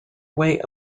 way